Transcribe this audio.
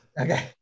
Okay